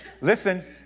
Listen